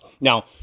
Now